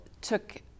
took